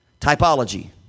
Typology